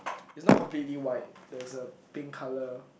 it's not completely white there's a pink colour